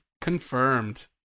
Confirmed